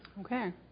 Okay